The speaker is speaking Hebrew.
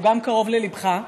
שהוא גם קרוב לליבך,